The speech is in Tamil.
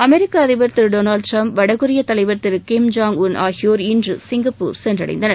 அமெிக்க அதிபர் திரு டொளால்டு டிரம்ப் வடகொரிய தலைவர் திரு கிம் ஜாங் உன் ஆகியோர் இன்று சிங்கப்பூர் சென்றடைந்தனர்